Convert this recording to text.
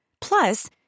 Plus